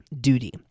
duty